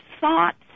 thoughts